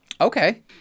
Okay